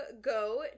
go